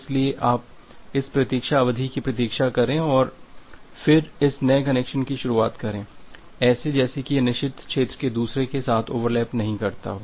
इसलिए आप इस प्रतीक्षा अवधि की प्रतीक्षा करें और फिर इस नए कनेक्शन की शुरुआत करें ऐसे जैसे कि यह निषिद्ध क्षेत्र एक दूसरे के साथ ओवरलैप नहीं करता हो